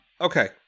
Okay